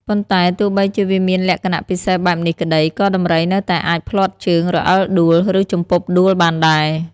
ប៉ុន្តែទោះបីជាវាមានលក្ខណៈពិសេសបែបនេះក្ដី ក៏ដំរីនៅតែអាចភ្លាត់ជើង រអិលដួល ឬជំពប់ដួលបានដែរ។